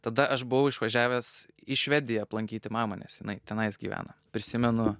tada aš buvau išvažiavęs į švediją aplankyti mamą nes jinai tenais gyvena prisimenu